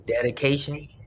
dedication